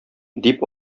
дип